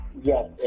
Yes